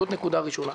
זאת נקודה ראשונה.